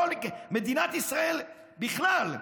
מדינת ישראל בכלל,